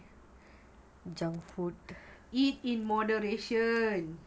eat in moderation